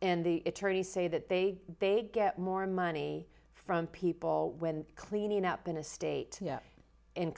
in the attorneys say that they they get more money from people when cleaning up in a state and